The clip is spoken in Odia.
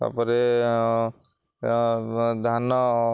ତାପରେ ଧାନ